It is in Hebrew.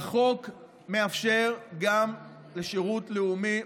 החוק מאפשר גם לשירות לאומי,